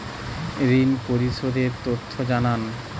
ঋন পরিশোধ এর তথ্য জানান